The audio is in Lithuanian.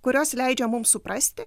kurios leidžia mum suprasti